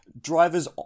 drivers